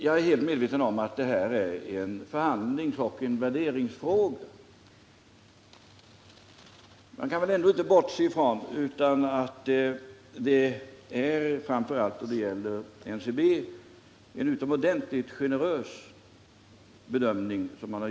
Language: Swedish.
Jag är helt medveten om att detta är en förhandlingsoch värderingsfråga. Man kan väl ändå inte bortse från att de statliga förhandlarna, framför allt då det gäller NCB, gjort en utomordentligt generös bedömning.